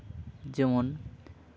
ᱡᱮᱢᱚᱱ